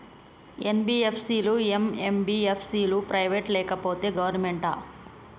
NBFC లు, MBFC లు private ఆ లేకపోతే గవర్నమెంటా?